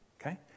Okay